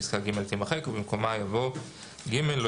פסקה (ג) תימחק ובמקומה יבוא: "(ג) לא